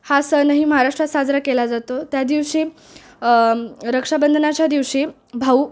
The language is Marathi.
हा सणही महाराष्ट्रात साजरा केला जातो त्या दिवशी रक्षाबंधनाच्या दिवशी भाऊ